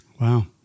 Wow